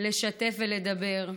לשתף ולדבר.